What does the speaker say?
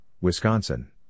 Wisconsin